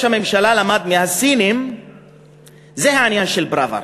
הממשלה למד מהסינים זה העניין של פראוור.